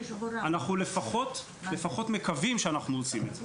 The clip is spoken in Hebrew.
אנחנו לפחות מקווים שאנחנו עושים את זה.